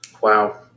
Wow